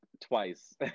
twice